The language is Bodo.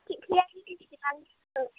फिथिख्रिया बेसेबांथो